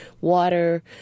water